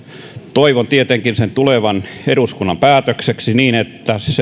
toivon tietenkin sen tulevan eduskunnan päätökseksi niin että